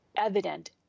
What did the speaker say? evident